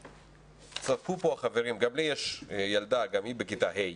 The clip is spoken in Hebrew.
גם לי יש ילדה בכיתה ה'.